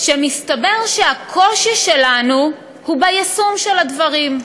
מסתבר שהקושי שלנו הוא ביישום של הדברים,